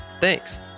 Thanks